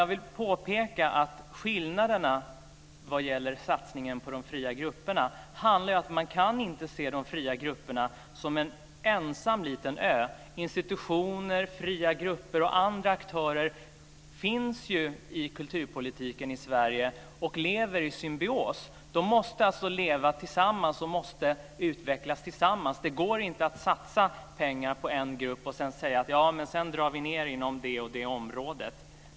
Jag vill påpeka att skillnaderna vad gäller satsningen på de fria grupperna handlar om att man inte kan se de fria grupperna som en ensam liten ö. Institutioner, fria grupper och andra aktörer finns ju i kulturpolitiken i Sverige och lever i symbios. De måste leva och utvecklas tillsammans. Det går inte att satsa pengar på en grupp och sedan säga: Vi drar ned på det och det området!